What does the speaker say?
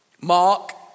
Mark